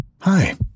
Hi